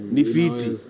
Nifiti